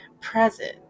present